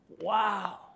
Wow